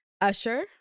Usher